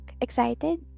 excited